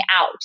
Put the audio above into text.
out